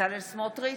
בצלאל סמוטריץ'